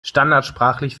standardsprachlich